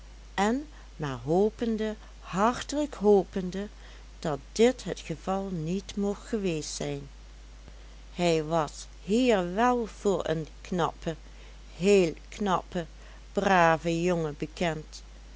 en maar hopende hartelijk hopende dat dit het geval niet mocht geweest zijn hij was hier wel voor een knappen heel knappen braven jongen bekend